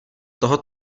toho